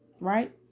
right